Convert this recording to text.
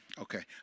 Okay